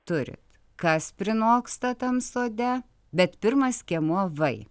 turit kas prinoksta tam sode bet pirmas skiemuo vai